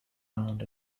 round